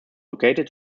located